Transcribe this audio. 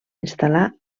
instal·lar